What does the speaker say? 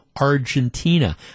Argentina